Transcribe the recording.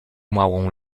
małą